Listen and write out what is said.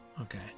Okay